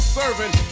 serving